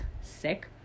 sick